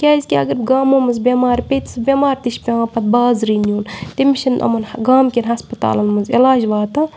کیٛازِکہِ اگر گامو منٛز بیٚمار پیٚیہِ سُہ بیٚمار تہِ چھِ پیٚوان پَتہٕ بازرٕ نیُن تٔمِس چھِنہٕ یِمَن گامکٮ۪ن ہَسپَتالَن منٛز علاج واتان